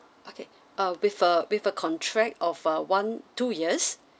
okay uh with a with a contract of a one two years